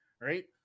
right